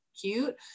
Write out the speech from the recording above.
cute